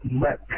let